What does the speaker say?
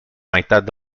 meitat